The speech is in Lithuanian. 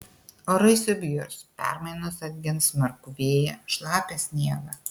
orai subjurs permainos atgins smarkų vėją šlapią sniegą